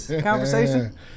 conversation